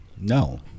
No